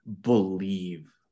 believe